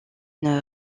une